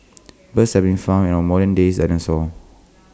birds have been found an our modern day dinosaurs